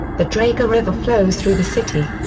the dragor river flows through the city.